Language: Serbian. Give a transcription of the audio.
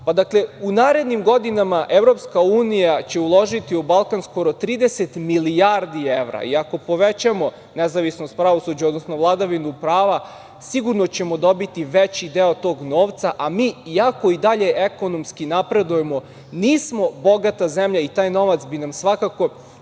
Pa, dakle, u narednim godinama EU će uložiti u Balkan skoro 30 milijardi evra i ako povećamo nezavisnost pravosuđa, odnosno vladavinu prava sigurno ćemo dobiti veći deo tog novca, a mi iako i dalje ekonomski napredujemo nismo bogata zemlja i taj novac bi nam svakako